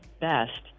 best